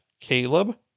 Caleb